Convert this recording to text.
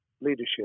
leadership